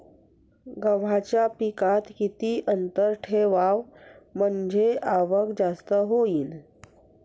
गव्हाच्या पिकात किती अंतर ठेवाव म्हनजे आवक जास्त होईन?